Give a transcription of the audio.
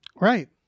Right